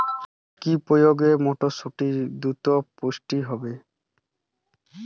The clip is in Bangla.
কি প্রয়োগে মটরসুটি দ্রুত পুষ্ট হবে?